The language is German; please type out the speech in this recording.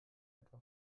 etwa